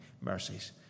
Mercies